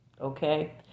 Okay